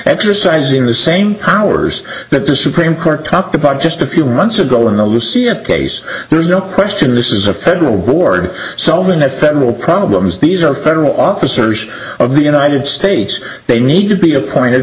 exercising the same powers that the supreme court talked about just a few months ago in the lucy at case there's no question this is a federal board so minute federal problems these are federal officers of the united states they need to be appointed